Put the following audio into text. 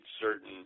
certain